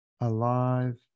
alive